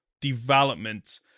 development